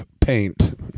paint